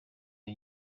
ino